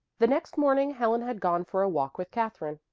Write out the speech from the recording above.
the next morning helen had gone for a walk with katherine,